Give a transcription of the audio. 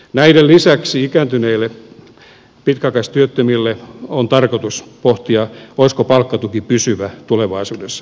näiden lisäksi on tarkoitus pohtia olisiko ikääntyneille pitkäaikaistyöttömille palkkatuki pysyvä tulevaisuudessa